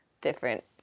different